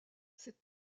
cette